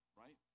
right